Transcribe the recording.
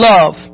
Love